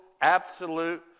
absolute